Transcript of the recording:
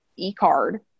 e-card